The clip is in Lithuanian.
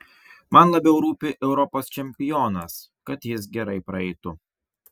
man labiau rūpi europos čempionas kad jis gerai praeitų